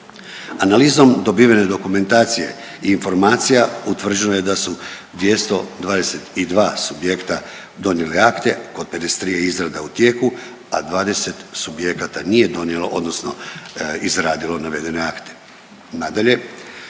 Analizom dobivene dokumentacije i informacija utvrđeno je da su 222 subjekta donijeli akte. Kod 53 je izrada u tijeku, a 20 subjekata nije donijelo, odnosno izradilo navedene akte. Nadalje,